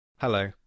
Hello